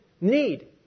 need